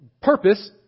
Purpose